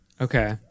Okay